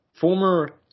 former